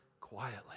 quietly